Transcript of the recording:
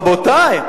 רבותי,